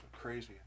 crazy